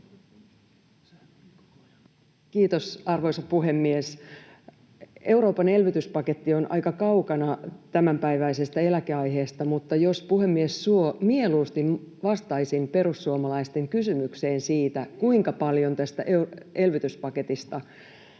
Kiitos, arvoisa puhemies! Euroopan elvytyspaketti on aika kaukana tämänpäiväisestä eläkeaiheesta, mutta jos puhemies suo, mieluusti vastaisin perussuomalaisten kysymykseen siitä, kuinka paljon tästä elvytyspaketista